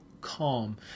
calm